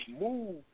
move